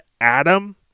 Adam